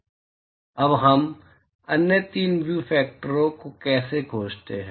अब हम अन्य तीन व्यू फैक्टरो को कैसे खोजते हैं